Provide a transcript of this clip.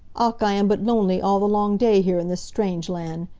ach, i am but lonely all the long day here in this strange land.